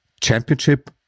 championship